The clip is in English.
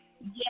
Yes